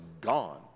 gone